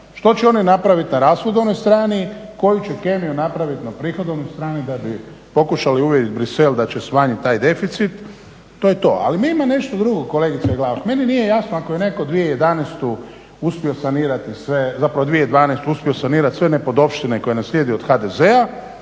što će one napraviti na rashodovnoj strani, koju će kemiju napraviti na prihodovnoj strani da bi pokušali uvjeriti Bruxelles da će smanjiti taj deficit to je to. Ali ima nešto drugo kolegice Glavak. Meni nije jasno ako je netko 2011. uspio sanirati sve, zapravo 2012. uspio sanirati sve